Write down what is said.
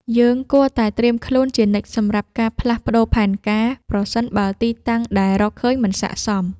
យើងគួរតែត្រៀមខ្លួនជានិច្ចសម្រាប់ការផ្លាស់ប្តូរផែនការ ប្រសិនបើទីតាំងដែលរកឃើញមិនស័ក្តិសម។